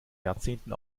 jahrzehnten